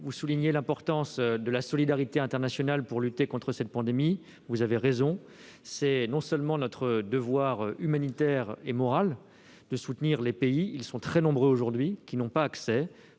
vous soulignez l'importance de la solidarité internationale pour lutter contre cette pandémie. Vous avez raison. C'est non seulement notre devoir humanitaire et moral de soutenir les pays, très nombreux aujourd'hui, qui n'ont pas accès,